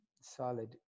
solid